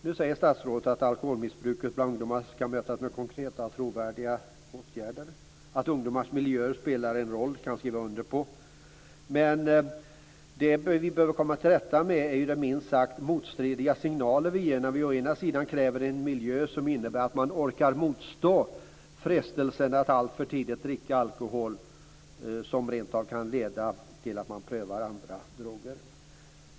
Nu säger statsrådet att alkoholmissbruket bland ungdomar skall mötas med konkreta och trovärdiga åtgärder. Att ungdomars miljöer spelar en roll kan jag skriva under på men det som vi behöver komma till rätta med är de minst sagt motstridiga signaler som vi ger t.ex. när vi kräver en miljö som är sådan att man orkar motstå frestelsen att alltför tidigt dricka alkohol, som ju rentav kan leda till att man prövar andra droger.